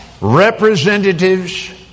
Representatives